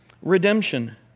Redemption